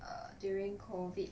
err during COVID